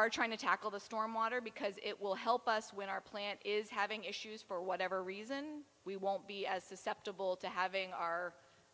are trying to tackle the storm water because it will help us when our plant is having issues for whatever reason we won't be as susceptible to having our